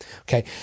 okay